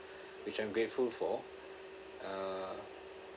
which I'm grateful for uh